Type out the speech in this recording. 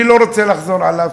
אני לא רוצה לחזור עליהם,